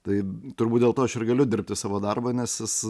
tai turbūt dėl to aš ir galiu dirbti savo darbą nes jis